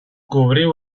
cobriu